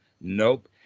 Nope